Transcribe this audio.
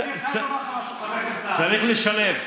צריך לשלב.